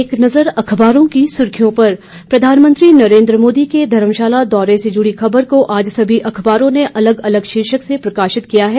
एक नज़र अखबारों की सुर्खियों पर प्रधानमंत्री नरेंद्र मोदी के धर्मशाला दौरे से जुड़ी खबर को आज सभी अखबारों ने अलग अलग शीर्षक से प्रकाशित किया है